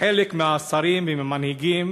חלק מהשרים ומהמנהיגים